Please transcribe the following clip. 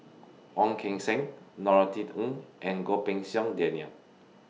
Ong Keng Sen Norothy Ng and Goh Pei Siong Daniel